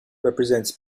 represents